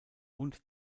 und